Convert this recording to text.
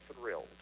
thrilled